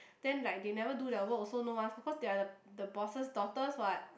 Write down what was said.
then like they never do their work also no one who calls they're the the boss's daughters what